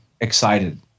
excited